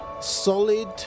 solid